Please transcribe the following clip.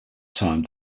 time